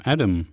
Adam